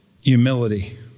Humility